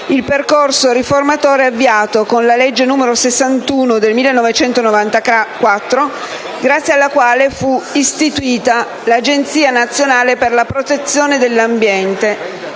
il percorso riformatore avviato con la legge n. 61 del 1994, grazie alla quale fu istituita l'Agenzia nazionale per la protezione dell'ambiente